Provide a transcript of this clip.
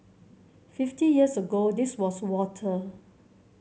fifty years ago this was water